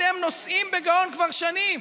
אתם נושאים בגאון כבר שנים,